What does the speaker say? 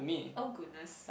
oh goodness